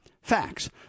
facts